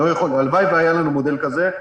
הלוואי והיה לנו מודל כזה.